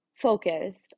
focused